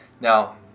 Now